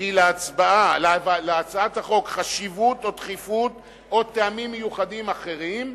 "כי להצעת החוק חשיבות או דחיפות או מטעמים מיוחדים אחרים",